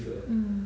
mm